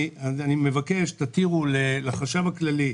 אני מבקש שתתירו לחשב הכללי,